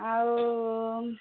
ଆଉ